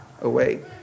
away